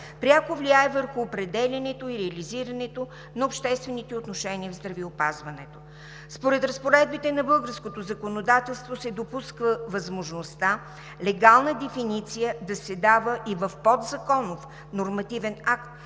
пряко влияе върху определянето и реализирането на обществените отношения в здравеопазването. Според разпоредбите на българското законодателство се допуска възможността легална дефиниция да се дава и в подзаконов нормативен акт,